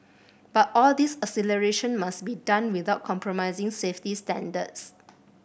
but all this acceleration must be done without compromising safety standards